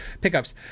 pickups